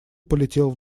полетел